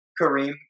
Kareem